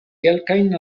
kelkajn